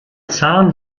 zahn